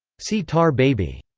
see tar baby.